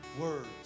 words